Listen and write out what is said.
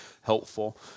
helpful